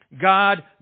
god